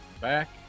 back